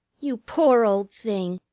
you poor old thing!